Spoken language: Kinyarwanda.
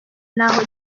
n’aho